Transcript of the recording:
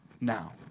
now